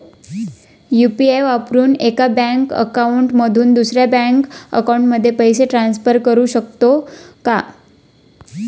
UPI वापरून एका bank account मधून दुसऱ्या बँक अकाउंटमध्ये पैसे ट्रान्सफर करू शकतो का?